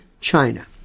China